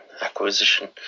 Acquisition